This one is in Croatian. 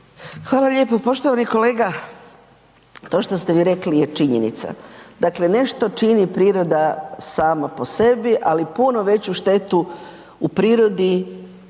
Hvala lijepa. Poštovani kolega ovo što ste vi rekli je činjenica. Dakle, nešto čini priroda sama po sebi, ali puno veću štetu u prirodi